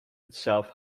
itself